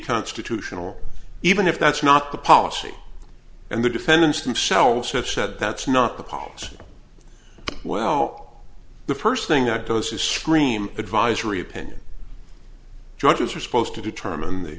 constitutional even if that's not the policy and the defendants themselves have said that's not the policy well the first thing that goes to scream advisory opinion judges are supposed to determine the